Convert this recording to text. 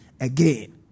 again